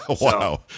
Wow